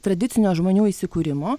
tradicinio žmonių įsikūrimo